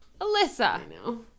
Alyssa